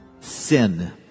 sin